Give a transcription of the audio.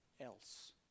else